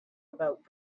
about